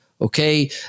Okay